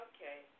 Okay